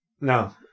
No